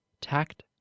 tact